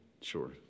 Sure